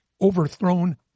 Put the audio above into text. overthrown